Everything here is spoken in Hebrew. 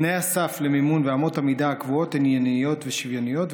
תנאי הסף למימון ואמות המידה הקבועות הם ענייניים ושוויוניים,